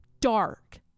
dark